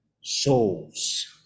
souls